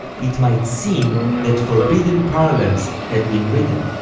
it might seem that forbidden parallels had been written.